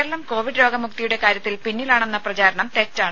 Keralam Covid രോഗമുക്തിയുടെ കാര്യത്തിൽ പിന്നിലാണെന്ന പ്രചാരണം തെറ്റാണ്